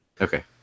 Okay